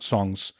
Songs